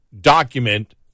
document